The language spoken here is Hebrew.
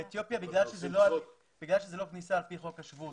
באתיופיה, בגלל שזאת לא כניסה על פי חוק השבות.